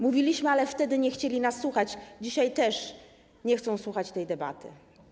Mówiliśmy, ale wtedy nie chcieli nas słuchać, dzisiaj też nie chcą słuchać tej debaty.